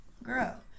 Girl